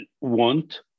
want